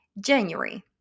January